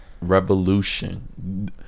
Revolution